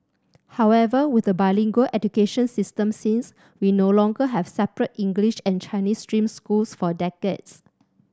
however with a bilingual education system since we no longer have separate English and Chinese stream schools for decades